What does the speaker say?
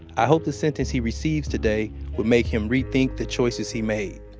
i hope the sentence he receives today would make him rethink the choices he made.